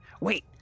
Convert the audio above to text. wait